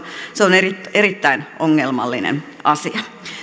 se on erittäin ongelmallinen asia